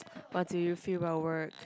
what do you feel about work